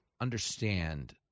understand—